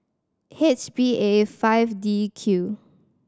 H B A five D Q